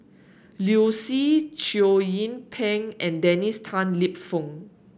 Liu Si Chow Yian Ping and Dennis Tan Lip Fong